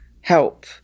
help